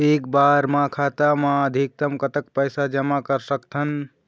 एक बार मा खाता मा अधिकतम कतक पैसा जमा कर सकथन?